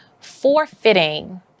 forfeiting